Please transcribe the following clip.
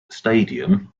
stadium